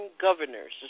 Governors